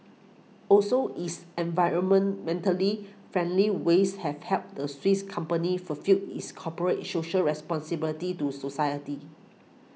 also its environmentally friendly ways have helped the Swiss company fulfil its corporate its social responsibility to society